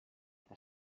que